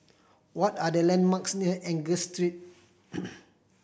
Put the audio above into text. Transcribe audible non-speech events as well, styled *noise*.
what are the landmarks near Angus Street *noise*